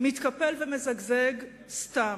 מתקפל ומזגזג סתם.